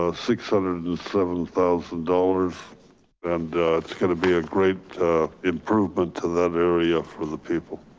ah six hundred and seven thousand dollars and it's gonna be a great improvement to that area for the people,